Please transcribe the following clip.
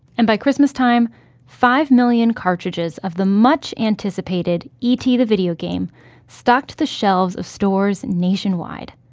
and by christmastime, five million cartridges of the much-anticipated e t. the video game stocked the shelves of stores nationwide.